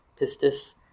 pistis